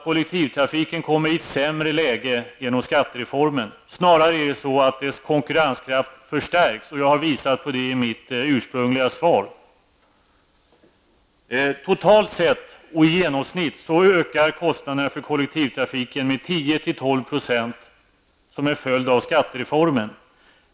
Kollektivtrafiken kommer inte i ett sämre läge genom skattereformen, snarare kommer dess konkurrenskraft att förstärkas. Det har jag visat på i mitt ursprungliga svar. Totalt sett, och i genomsnitt, ökar kostnaderna för kollektivtrafiken som en följd av skattereformen med 10--12 %.